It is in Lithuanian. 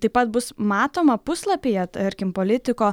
taip pat bus matoma puslapyje tarkim politiko